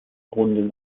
runden